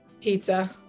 Pizza